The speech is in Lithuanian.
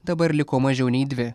dabar liko mažiau nei dvi